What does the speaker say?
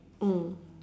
mm